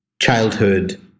childhood